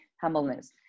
humbleness